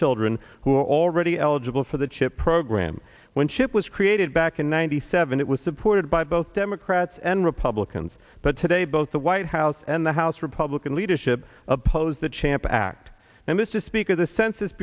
children who are already eligible for the chip program when chip was created back in ninety seven it was supported by both democrats and republicans but today both the white house and the house republican leadership oppose the champ act and this is speaker the census